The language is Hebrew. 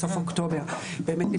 בסוף אוקטובר באמת נפתח התיכון הווירטואלי.